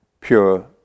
pure